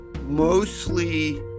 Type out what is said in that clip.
mostly